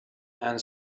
and